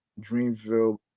Dreamville